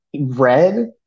Red